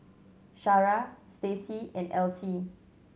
Shara Stacie and Alcee